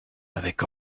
avec